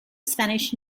spanish